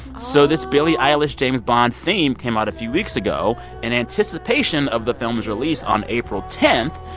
so this billie eilish james bond theme came out a few weeks ago in anticipation of the film's release on april ten.